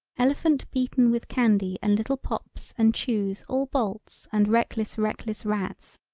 elephant beaten with candy and little pops and chews all bolts and reckless reckless rats,